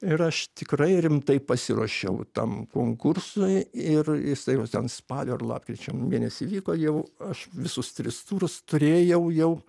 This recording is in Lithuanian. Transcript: ir aš tikrai rimtai pasiruošiau tam konkursui ir jisai ten spalio ar lapkričio mėnesį vyko jau aš visus tris turus turėjau jau